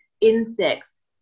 insects